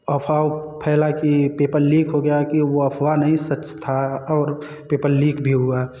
अफ़वाह फैला की पेपर लीक हो गया कि वह अफ़वाह नहीं सच था और पेपर लीक भी हुआ